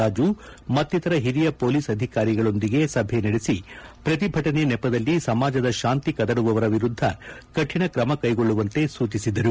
ರಾಜು ಮತ್ತಿತರ ಹಿರಿಯ ಪೊಲೀಸ್ ಅಧಿಕಾರಿಗಳೊಂದಿಗೆ ಸಭೆ ನಡೆಸಿ ಪ್ರತಿಭಟನೆ ನೆಪದಲ್ಲಿ ಸಮಾಜದ ಶಾಂತಿ ಕದಡುವವರ ವಿರುದ್ದ ಕರಿಣ ಕ್ರಮ ಕ್ಷೆಗೊಳ್ಳುವಂತೆ ಸೂಚಿಸಿದರು